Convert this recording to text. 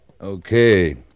Okay